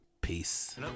peace